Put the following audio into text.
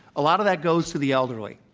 a lot of that goes to the elderly.